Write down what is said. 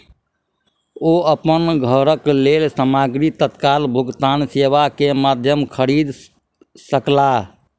ओ अपन घरक लेल सामग्री तत्काल भुगतान सेवा के माध्यम खरीद सकला